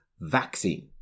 vaccine